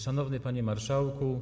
Szanowny Panie Marszałku!